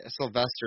Sylvester